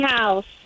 House